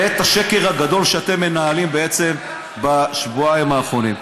ואת השקר הגדול שאתם מנהלים בשבועיים האחרונים.